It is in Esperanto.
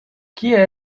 kie